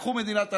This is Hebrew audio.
קחו מדינת הלכה,